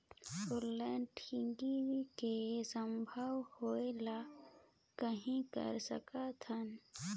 Online ठगी के संभावना होय ले कहां कर सकथन?